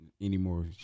anymore